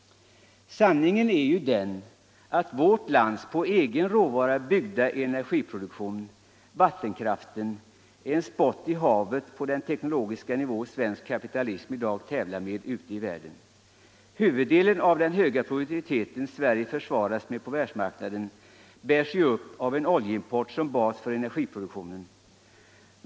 Sanningen är den att vårt lands på egen råvara byggda energiproduktion. vattenkraften, är en spott i havet på den teknologiska nivå där svensk kapitalism i dag tävlar ute i världen, Huvuddelen av den höga produktivitet som Sverige försvaras med på världsmarknaden bärs ju upp av en oljeimport som bas för energiproduktion.